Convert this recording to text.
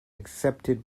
accepted